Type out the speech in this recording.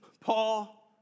Paul